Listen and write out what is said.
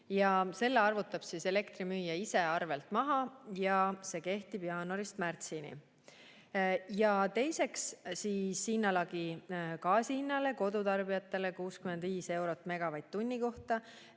Selle arvutab elektrimüüja ise arvelt maha ja see kehtib jaanuarist märtsini. Teiseks, hinnalagi gaasi hinnale kodutarbijatel 65 eurot megavatt-tunni kohta